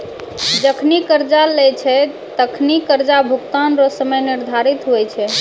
जखनि कर्जा लेय छै तखनि कर्जा भुगतान रो समय निर्धारित हुवै छै